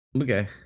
Okay